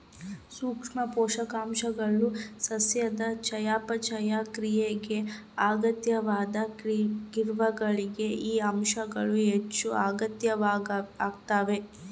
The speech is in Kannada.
ಸೂಕ್ಷ್ಮ ಪೋಷಕಾಂಶಗಳು ಸಸ್ಯದ ಚಯಾಪಚಯ ಕ್ರಿಯೆಗೆ ಅಗತ್ಯವಾದ ಕಿಣ್ವಗಳಿಗೆ ಈ ಅಂಶಗಳು ಹೆಚ್ಚುಅಗತ್ಯವಾಗ್ತಾವ